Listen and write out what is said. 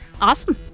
Awesome